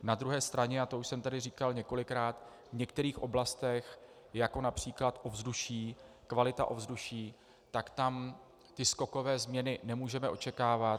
Na druhé straně, a to už jsem tady říkal několikrát, v některých oblastech, jako je například ovzduší, kvalita ovzduší, tam skokové změny nemůžeme očekávat.